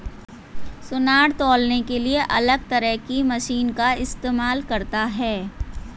सुनार तौलने के लिए अलग तरह की मशीन का इस्तेमाल करता है